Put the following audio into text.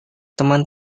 teman